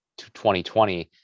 2020